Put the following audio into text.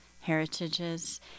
heritages